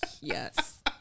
Yes